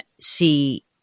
see